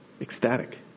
Ecstatic